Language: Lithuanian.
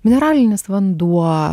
mineralinis vanduo